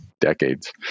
decades